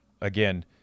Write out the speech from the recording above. again